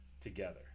together